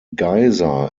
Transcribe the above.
geyser